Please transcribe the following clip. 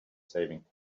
savings